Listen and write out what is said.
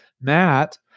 matt